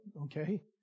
okay